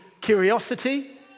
curiosity